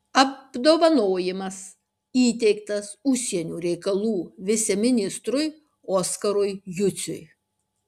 apdovanojimas įteiktas užsienio reikalų viceministrui oskarui jusiui